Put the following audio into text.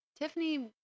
Tiffany